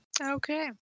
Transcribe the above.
Okay